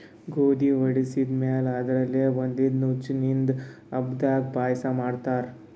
ಗೋಧಿ ವಡಿಸಿದ್ ಮ್ಯಾಲ್ ಅದರ್ಲೆ ಬಂದಿದ್ದ ನುಚ್ಚಿಂದು ಹಬ್ಬದಾಗ್ ಪಾಯಸ ಮಾಡ್ತಾರ್